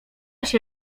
się